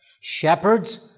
shepherds